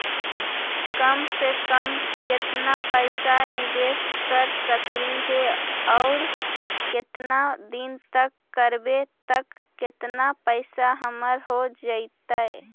कम से कम केतना पैसा निबेस कर सकली हे और केतना दिन तक करबै तब केतना पैसा हमर हो जइतै?